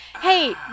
Hey